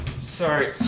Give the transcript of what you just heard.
Sorry